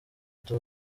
tuba